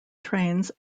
trains